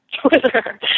Twitter